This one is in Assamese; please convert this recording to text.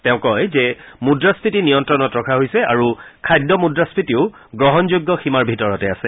তেওঁ কয় যে মূদ্ৰাস্ফীতি নিয়ন্তণত ৰখা হৈছে আৰু খাদ্য মুদ্ৰাস্ফীতিও গ্ৰহণযোগ্য সীমাৰ ভিতৰতে আছে